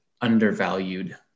undervalued